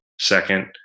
Second